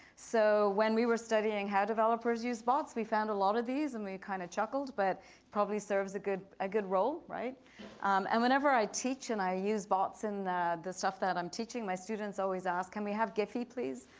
so when we were studying how developers use bots, we found a lot of these and we kind of chuckled, but probably serves a good a good role, um and whenever i teach and i use bots in the stuff that i'm teaching, my students always ask, can we have giphy please?